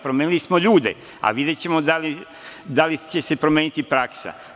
Promenili smo ljude, a videćemo da li će se promeniti praksa.